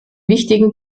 wichtigen